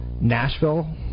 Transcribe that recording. Nashville